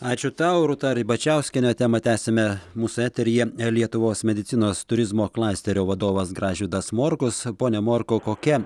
ačiū tau rūta ribačiauskienė temą tęsime mūsų eteryje lietuvos medicinos turizmo klasterio vadovas gražvydas morkus ponia morkau kokia